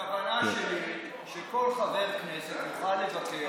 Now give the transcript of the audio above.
הכוונה שלי היא שכל חבר כנסת יוכל לבקר